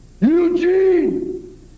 Eugene